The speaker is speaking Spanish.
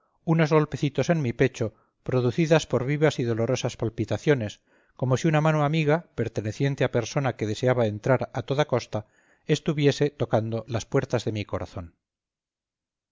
unos golpecitos en mi pecho producidos por vivas y dolorosas palpitaciones como si una mano amiga perteneciente a persona que deseaba entrar a toda costa estuviese tocando a las puertas de mi corazón